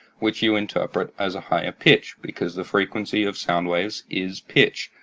which you interpret as a higher pitch, because the frequency of sound waves is pitch,